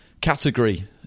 category